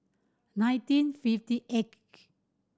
nineteen fifty eighth